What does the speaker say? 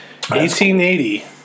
1880